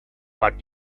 but